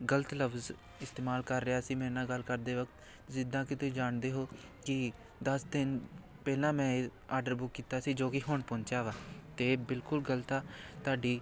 ਗਲਤ ਲਫਜ਼ ਇਸਤੇਮਾਲ ਕਰ ਰਿਹਾ ਸੀ ਮੇਰੇ ਨਾਲ ਗੱਲ ਕਰਦੇ ਵਕਤ ਜਿੱਦਾਂ ਕਿ ਤੁਸੀਂ ਜਾਣਦੇ ਹੋ ਕਿ ਦਸ ਦਿਨ ਪਹਿਲਾਂ ਮੈਂ ਇਹ ਆਡਰ ਬੁੱਕ ਕੀਤਾ ਸੀ ਜੋ ਕਿ ਹੁਣ ਪਹੁੰਚਿਆ ਵਾ ਅਤੇ ਬਿਲਕੁਲ ਗਲਤ ਆ ਤੁਹਾਡੀ